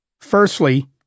Firstly